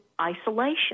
isolation